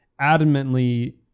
adamantly